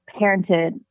parented